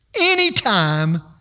Anytime